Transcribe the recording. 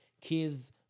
Kids